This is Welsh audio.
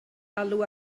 alw